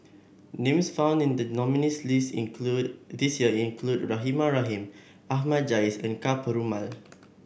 names found in the nominees' list include this year include Rahimah Rahim Ahmad Jais and Ka Perumal